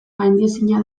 gaindiezina